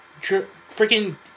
freaking